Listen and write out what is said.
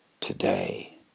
today